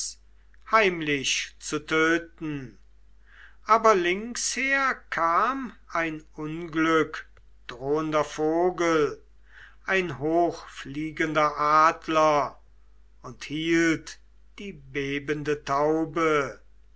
heimlich zu töten aber linksher kam ein unglückdrohender vogel ein hochfliegender adler und hielt die bebende taube